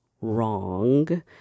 wrong